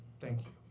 thank